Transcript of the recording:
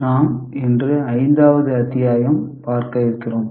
நாம் இன்று ஐந்தாவது அத்தியாயம் பார்க்க இருக்கிறோம்